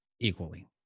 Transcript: Equally